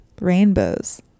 rainbows